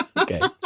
um okay.